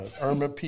Irma